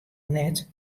net